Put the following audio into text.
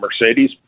Mercedes